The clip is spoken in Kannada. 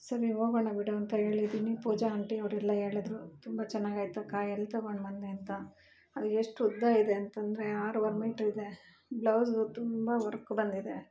ಸರಿ ಹೋಗೋಣ ಬಿಡು ಅಂತ ಹೇಳಿದ್ದಿನಿ ಪೂಜಾ ಆಂಟಿ ಅವರೆಲ್ಲ ಹೇಳದ್ರು ತುಂಬ ಚೆನ್ನಾಗಾಯ್ತ್ ಅಕ್ಕಾ ಎಲ್ಲಿ ತಗೊಂಡ್ಬಂದೆ ಅಂತ ಅದು ಎಷ್ಟು ಉದ್ದ ಇದೆ ಅಂತಂದರೆ ಆರುವರೆ ಮೀಟ್ರಿದೆ ಬ್ಲೌಝು ತುಂಬ ವರ್ಕ್ ಬಂದಿದೆ